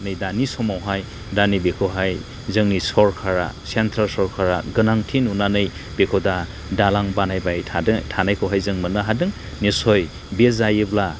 नै दानि समावहाय दा नैबेखौहाय जोंनि सरखारा सेन्ट्रेल सरखारा गोनांथि नुनानै बेखौ दा दालां बानायबाय थानायखौहाय जों मोननो हादों निसय बियो जायोब्ला